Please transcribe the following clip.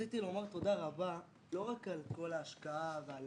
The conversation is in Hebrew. רציתי לומר תודה רבה לא רק על כל ההשקעה ועל